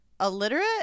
Illiterate